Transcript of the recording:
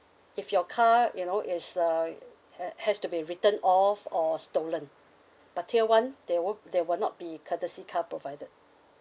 if your car you know is uh ha~ has to be written off or stolen but tier one there will there will not be courtesy car provided